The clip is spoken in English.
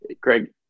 Craig